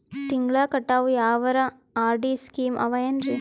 ತಿಂಗಳ ಕಟ್ಟವು ಯಾವರ ಆರ್.ಡಿ ಸ್ಕೀಮ ಆವ ಏನ್ರಿ?